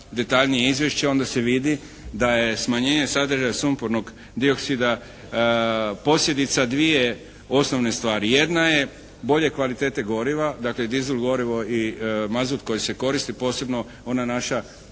detaljnije izvješće onda se vidi da je smanjenje sadržaja sumpornog dioksida posljedica dvije osnovne stvari. Jedna je bolje kvalitete goriva, dakle diesel gorivo i mazut koji se koristi posebno ona naša